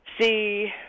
see